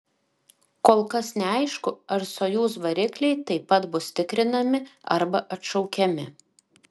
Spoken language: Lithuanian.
kol kas neaišku ar sojuz varikliai taip pat bus tikrinami arba atšaukiami